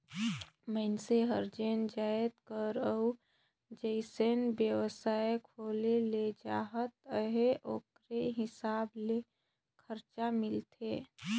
मइनसे हर जेन जाएत कर अउ जइसन बेवसाय खोले ले चाहत अहे ओकरे हिसाब ले खरचा मिलथे